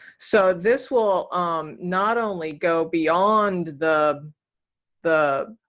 so this will um not only go beyond the the